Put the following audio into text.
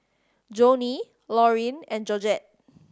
Joanie Loreen and Georgette